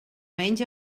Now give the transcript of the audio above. menys